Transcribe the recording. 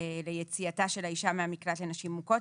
ליציאתה של האישה מהמקלט לנשים מוכות,